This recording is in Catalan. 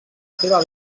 seva